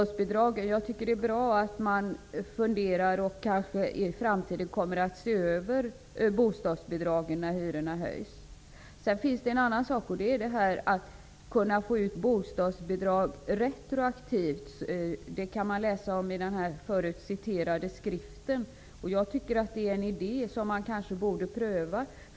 Det är bra att man funderar på och i framtiden kanske kommer att se över bostadsbidragen när hyrorna höjs. Detta gäller också en annan sak, och det är möjligheten att få ut bostadsbidrag retroaktivt. Det kan vi läsa om i den förut citerade skriften. Jag tycker att det är en idé som kanske borde prövas.